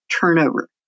turnover